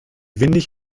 windig